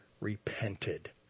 repented